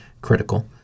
critical